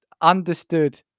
understood